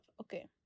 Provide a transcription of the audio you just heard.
Okay